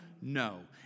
no